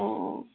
অঁ